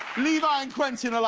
levi and quintin are, like,